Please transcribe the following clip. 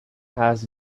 has